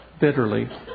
bitterly